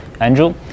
Andrew